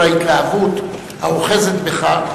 בגלל ההתלהבות האוחזת בך,